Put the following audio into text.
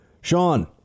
Sean